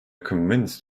convinced